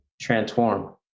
transform